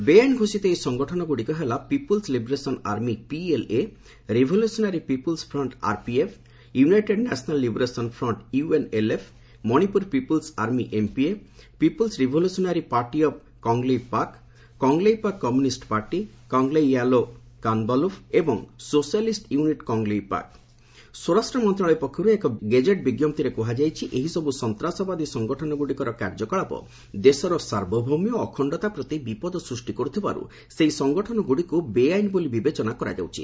ବେଆଇନ୍ ଘୋଷିତ ଏହି ସଂଗଠନଗୁଡ଼ିକ ହେଲା people liberation army PLA revolutionary Peoples frost RPF United national liberation front UNLF Manipur people's army MPA people's revolutionary party of କଙ୍ଗ୍ଲେଇ Pak କଙ୍ଗଲେଇ Pak communist party କଙ୍ଗଲେଇ ୟାଲୋ କାନ୍ବାଲୁଫ୍ କେୱାଇକେଏଲ୍ ଏବଂ socialist unit କଙ୍ଗଲେଇ Pak ଏଏସ୍ୟୁକେ ସ୍ୱରାଷ୍ଟ୍ର ମନ୍ତ୍ରଣାଳୟ ପକ୍ଷରୁ ଏକ ଗେଜେଟ୍ ବିଜ୍ଞପ୍ତିରେ କୁହାଯାଇଛି ଏହି ସବୁ ସନ୍ତାସବାଦୀ ସଂଗଠନଗୁଡ଼ିକର କାର୍ଯ୍ୟକଳାପ ଦେଶର ସାର୍ବଭୌମ୍ୟ ଓ ଅଖଣ୍ଡତା ପ୍ରତି ବିପଦ ସୃଷ୍ଟି କରୁଥିବାରୁ ସେହି ସଂଗଠନଗୁଡ଼ିକୁ ବେଆଇନ୍ ବୋଲି ବିବେଚନା କରାଯାଉଛି